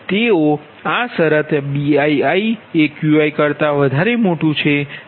તેઓ આ શરત BiiQi ધરાવે છે